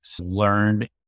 learned